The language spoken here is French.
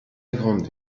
grande